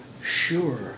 sure